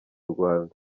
rwanda